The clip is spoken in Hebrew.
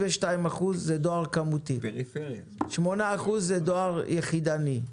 92% זה דואר כמותי, 8% זה דואר יחידני,